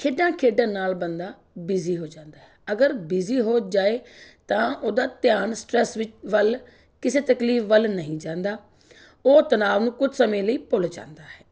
ਖੇਡਾਂ ਖੇਡਣ ਨਾਲ ਬੰਦਾ ਬਿਜ਼ੀ ਹੋ ਜਾਂਦਾ ਹੈ ਅਗਰ ਬਿਜ਼ੀ ਹੋ ਜਾਏ ਤਾਂ ਓਹਦਾ ਧਿਆਨ ਸਟਰੈੱਸ ਵਿਚ ਵੱਲ ਕਿਸੇ ਤਕਲੀਫ਼ ਵੱਲ ਨਹੀਂ ਜਾਂਦਾ ਉਹ ਤਣਾਅ ਨੂੰ ਕੁਝ ਸਮੇਂ ਲਈ ਭੁੱਲ ਜਾਂਦਾ ਹੈ